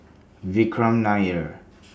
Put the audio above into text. Vikram Nair